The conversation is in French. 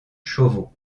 chauveau